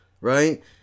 right